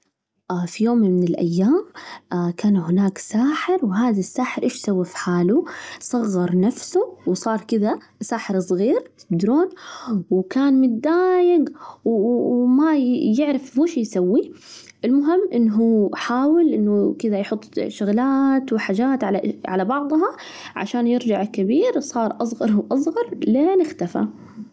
في يوم من الأيام كان هناك ساحر، وهذ ا الساحر إيش سوى في حاله؟ صغر نفسه وصار كذا ساحر صغير، تدرون، وكان متدايق وما يعرف وش يسوي، المهم إنه هو حاول إنه كذا يحط شغلات وحاجات على بعضها عشان يرجع كبير، صار أصغر أو أصغر لين اختفى.